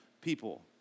people